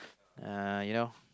uh you know